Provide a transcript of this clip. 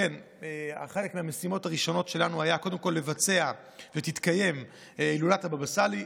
חלק מהמשימות הראשונות שלנו היה שתתקיים הילולת הבבא סאלי.